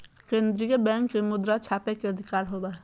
केन्द्रीय बैंक के मुद्रा छापय के अधिकार होवो हइ